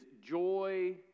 joy